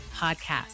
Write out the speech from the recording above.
podcast